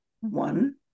one